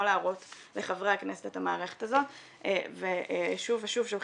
להראות לחברי הכנסת את המערכת הזו ושוב ושוב שולחים,